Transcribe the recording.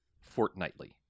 fortnightly